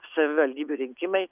savivaldybių rinkimai